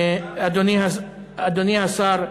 אדוני השר,